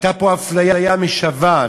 הייתה פה אפליה משוועת,